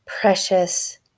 precious